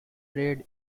parades